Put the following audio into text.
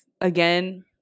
again